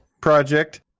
project